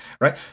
right